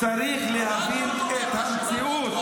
--- למה הוא לא --- צריך להבין את המציאות.